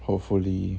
hopefully